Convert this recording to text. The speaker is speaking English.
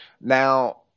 Now